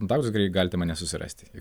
kontaktus galite mane susirasti